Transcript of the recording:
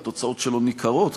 והתוצאות שלו ניכרות,